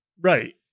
Right